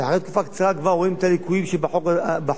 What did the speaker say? ואחרי תקופה קצרה כבר רואים את הליקויים שבחוק החדש,